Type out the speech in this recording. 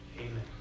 Amen